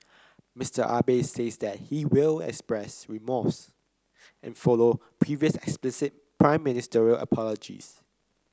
Mister Abe says that he will express remorse and follow previous explicit Prime Ministerial apologies